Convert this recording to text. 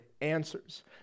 answers